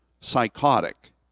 psychotic